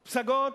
"פסגות"